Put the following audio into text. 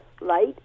light